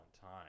time